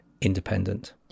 independent